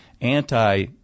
anti